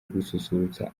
gususurutsa